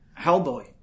Hellboy